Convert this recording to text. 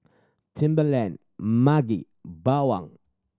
Timberland Maggi Bawang